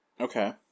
Okay